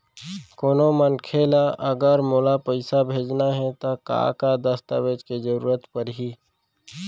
कोनो मनखे ला अगर मोला पइसा भेजना हे ता का का दस्तावेज के जरूरत परही??